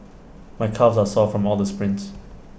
my calves are sore from all the sprints